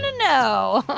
know